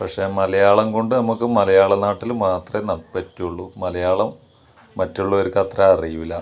പക്ഷേ മലയാളം കൊണ്ട് നമുക്ക് മലയാള നാട്ടില് മാത്രമെ ആ പറ്റുകയുള്ളു മലയാളം മറ്റുള്ളവർക്ക് അത്ര അറിയില്ല